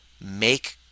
make